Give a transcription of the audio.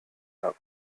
habe